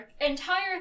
entire